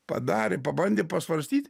padarė pabandė pasvarstyt